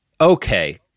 Okay